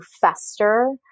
fester